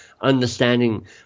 understanding